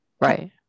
right